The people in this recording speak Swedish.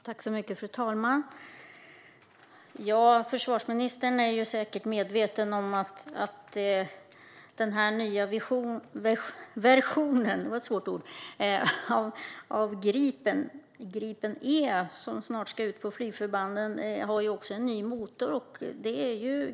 Fru talman! Försvarsministern är säkert medveten om att den nya version av Gripen - Gripen E - som snart ska ut på flygförbanden har en ny motor.